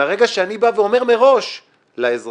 מרגע שאני בא ואומר מראש לאזרח: